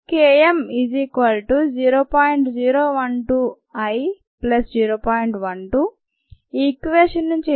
equation నుంచి intercept Km 0